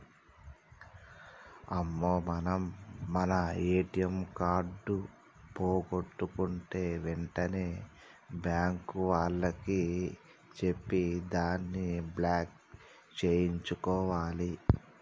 అమ్మో మనం మన ఏటీఎం కార్డు పోగొట్టుకుంటే వెంటనే బ్యాంకు వాళ్లకి చెప్పి దాన్ని బ్లాక్ సేయించుకోవాలి